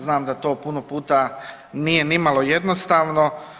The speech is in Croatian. Znam da to puno puta nije ni malo jednostavno.